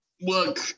look